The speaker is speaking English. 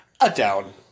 a-down